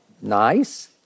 Nice